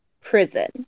Prison